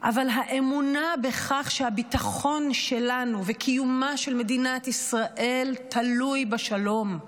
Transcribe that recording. אבל האמונה בכך שהביטחון שלנו וקיומה של מדינת ישראל תלוי בשלום,.